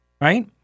right